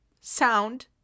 sound